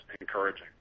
encouraging